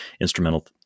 instrumental